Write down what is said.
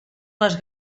les